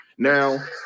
Now